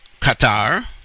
Qatar